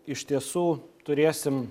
iš tiesų turėsim